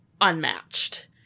unmatched